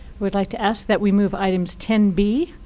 we'd like to ask that we move items ten b,